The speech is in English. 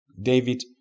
David